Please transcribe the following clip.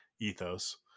ethos